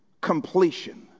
completion